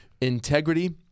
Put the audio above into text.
Integrity